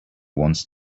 wants